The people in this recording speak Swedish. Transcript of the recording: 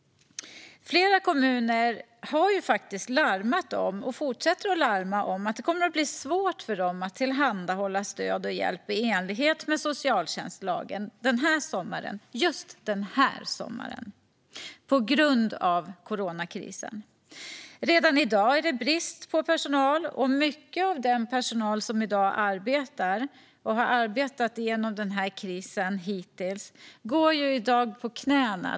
Flera kommuner har larmat, och fortsätter att larma, om att det kommer att bli svårt för dem att tillhandahålla stöd och hjälp i enlighet med socialtjänstlagen just den här sommaren på grund av coronakrisen. Redan i dag är det brist på personal, och mycket av den personal som i dag arbetar och har arbetat genom krisen hittills går i dag på knäna.